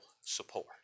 support